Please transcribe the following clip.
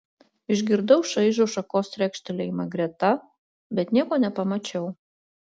išgirdau šaižų šakos trekštelėjimą greta bet nieko nepamačiau